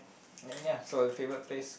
and ya so favourite place